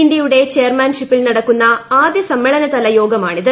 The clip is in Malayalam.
ഇന്ത്യയുടെ ചെയർമാൻഷിപ്പിൽ നടക്കുന്ന ആദ്യസമ്മേളന തല യോഗമാണിത്